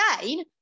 again